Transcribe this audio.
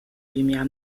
lumière